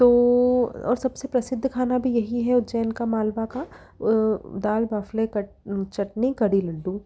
तो और सबसे प्रसिद्ध खाना भी यही है उज्जैन का मालवा का दाल बाफले कट चटनी कढ़ी लड्डू